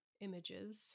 images